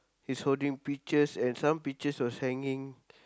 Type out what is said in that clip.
he's holding pictures and some pictures was hanging